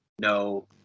no